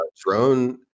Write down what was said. drone